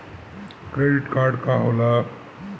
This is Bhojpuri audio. क्रेडिट कार्ड का होला?